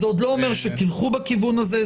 זה עוד לא אומר שתלכו בכיוון הזה,